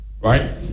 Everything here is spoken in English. right